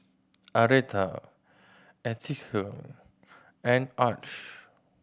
Aretha Eithel and Arch